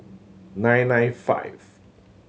nine nine five